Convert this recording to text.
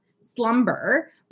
slumber